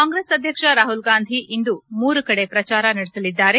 ಕಾಂಗ್ರೆಸ್ ಅಧ್ಯಕ್ಷ ರಾಹುಲ್ ಗಾಂಧಿ ಇಂದು ಮೂರು ಕಡೆ ಪ್ರಚಾರ ನಡೆಸಲಿದ್ದಾರೆ